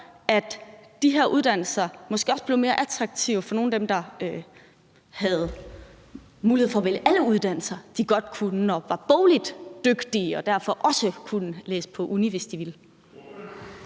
at de her uddannelser måske også bliver mere attraktive for nogle af dem, som har muligheden for at vælge mellem alle uddannelser, og som er bogligt dygtige og derfor godt kunne læse på universitetet, hvis de ville.